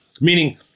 Meaning